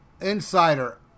Insider